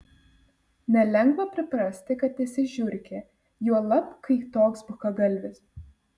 nelengva priprasti kad esi žiurkė juolab kai toks bukagalvis